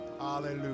Hallelujah